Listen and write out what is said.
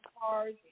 cars